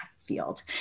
field